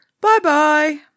Bye-bye